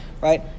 right